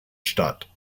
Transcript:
stadt